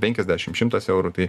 penkiasdešim šimtas eurų tai